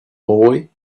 boy